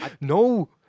No